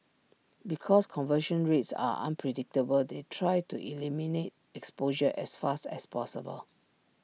because conversion rates are unpredictable they try to eliminate exposure as fast as possible